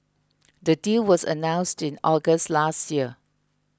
the deal was announced in August last year